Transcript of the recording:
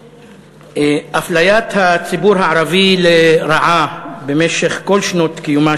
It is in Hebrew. אפליית הציבור הערבי לרעה במשך כל שנות קיומה